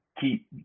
keep